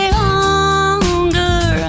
longer